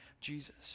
Jesus